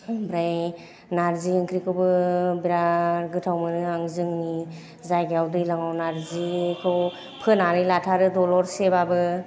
ओमफ्राय नार्जि ओंख्रिखौबो बिराट गोथाव मोनो आं जोंनि जायगायाव दैज्लाङाव नार्जिखौ फोनानै लाथारो दलरसेबाबो